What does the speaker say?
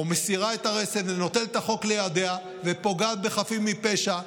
מסירה את הרסן ונוטלת את החוק לידיה ופוגעת בחפים מפשע,